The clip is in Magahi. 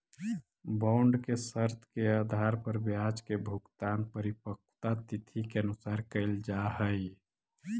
बॉन्ड के शर्त के आधार पर ब्याज के भुगतान परिपक्वता तिथि के अनुसार कैल जा हइ